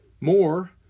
more